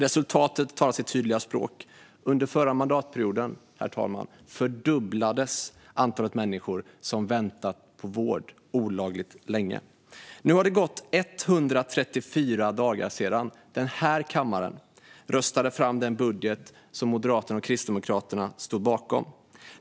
Resultatet talar sitt tydliga språk. Under förra mandatperioden, herr talman, fördubblades antalet människor som väntat på vård olagligt länge. Nu har det gått 134 dagar sedan den här kammaren röstade fram den budget som Moderaterna och Kristdemokraterna står bakom.